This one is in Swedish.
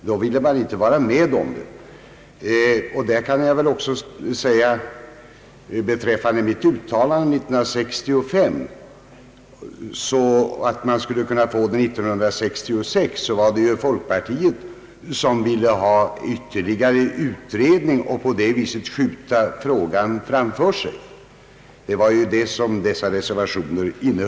Då ville man inte vara med om att införa stödet. Beträffande mitt uttalande 1965, att partistödet borde kunna införas 1966, vill jag säga att folkpartiet ville ha ytterli gare utredning i ärendet och på detta sätt skjuta frågan framför sig enligt vad som yrkades i de då avgivna reservationerna.